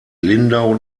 lindau